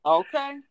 okay